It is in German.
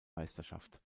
meisterschaft